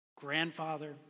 grandfather